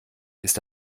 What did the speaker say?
ist